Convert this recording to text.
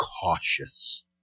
cautious